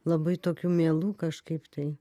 labai tokių mielų kažkaip tai